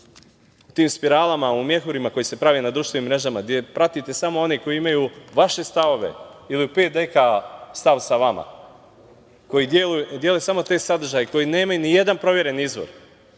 u tim spiralama u mehurima koji se prave na društvenim mrežama gde pratite samo one koji imaju vaše stavove, koji dele samo te sadržaje koji nemaju ni jedan proveren izvor